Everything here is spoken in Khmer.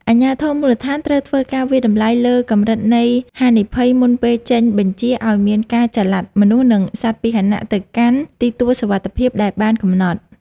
អាជ្ញាធរមូលដ្ឋានត្រូវធ្វើការវាយតម្លៃលើកម្រិតនៃហានិភ័យមុនពេលចេញបញ្ជាឱ្យមានការចល័តមនុស្ស និងសត្វពាហនៈទៅកាន់ទីទួលសុវត្ថិភាពដែលបានកំណត់។